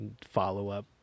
follow-up